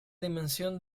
dimensión